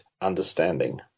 understanding